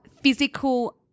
physical